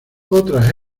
otras